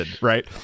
right